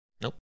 Nope